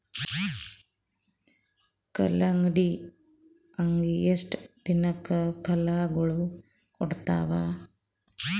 ಕಲ್ಲಂಗಡಿ ಅಗಿ ಎಷ್ಟ ದಿನಕ ಫಲಾಗೋಳ ಕೊಡತಾವ?